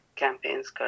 campaigns